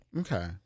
Okay